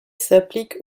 s’applique